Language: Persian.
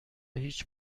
هیچ